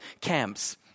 camps